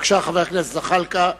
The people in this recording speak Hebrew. בבקשה, חבר הכנסת זחאלקה.